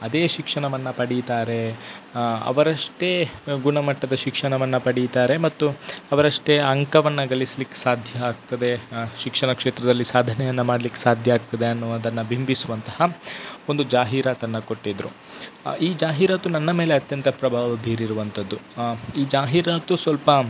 ಅದೇ ಶಿಕ್ಷಣವನ್ನು ಪಡೀತಾರೆ ಅವರಷ್ಟೇ ಗುಣಮಟ್ಟದ ಶಿಕ್ಷಣವನ್ನು ಪಡೀತಾರೆ ಮತ್ತು ಅವರಷ್ಟೇ ಅಂಕವನ್ನು ಗಳಿಸ್ಲಿಕ್ಕೆ ಸಾಧ್ಯ ಆಗ್ತದೆ ಶಿಕ್ಷಣ ಕ್ಷೇತ್ರದಲ್ಲಿ ಸಾಧನೆಯನ್ನು ಮಾಡ್ಲಿಕ್ಕೆ ಸಾಧ್ಯ ಆಗ್ತದೆ ಅನ್ನುವುದನ್ನು ಬಿಂಬಿಸುವಂತಹ ಒಂದು ಜಾಹೀರಾತನ್ನು ಕೊಟ್ಟಿದ್ದರು ಈ ಜಾಹೀರಾತು ನನ್ನ ಮೇಲೆ ಅತ್ಯಂತ ಪ್ರಭಾವ ಬೀರಿರುವಂತದ್ದು ಈ ಜಾಹೀರಾತು ಸ್ವಲ್ಪ